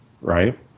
right